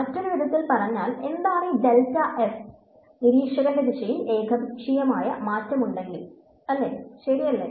മറ്റൊരു വിധത്തിൽ പറഞ്ഞാൽ എന്താണ് ഈ ഡെൽറ്റ f നിരീക്ഷകന്റെ ദിശയിൽ ഏകപക്ഷീയമായ മാറ്റം ഉണ്ടെങ്കിൽ ശരിയല്ലേ